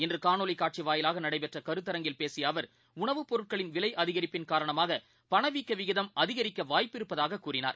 இன்றுகாணொலிகாட்சிவாயிலாகநடைபெற்றகருத்தரங்கில் பேசியஅவர் பொருட்களின் விலைஅதிகரிப்பின் காரணமாகபணவீக்கவிகிதம் உணவு அதிகரிக்கவாய்ப்பிருப்பதாககூறினார்